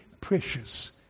precious